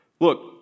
look